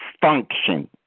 function